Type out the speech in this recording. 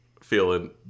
feeling